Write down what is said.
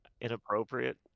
inappropriate